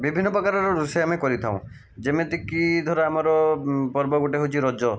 ବିଭିନ୍ନ ପ୍ରକାରର ରୋଷେଇ ଆମେ କରିଥାଉ ଯେମିତିକି ଧର ଆମର ପର୍ବ ଗୋଟିଏ ହେଉଛି ରଜ